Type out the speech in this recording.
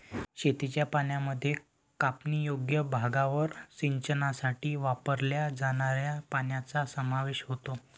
शेतीच्या पाण्यामध्ये कापणीयोग्य भागावर सिंचनासाठी वापरल्या जाणाऱ्या पाण्याचा समावेश होतो